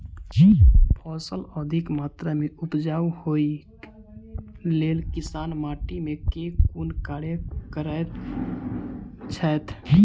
फसल अधिक मात्रा मे उपजाउ होइक लेल किसान माटि मे केँ कुन कार्य करैत छैथ?